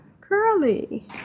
Curly